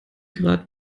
grad